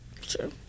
Sure